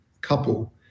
couple